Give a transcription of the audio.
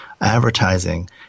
advertising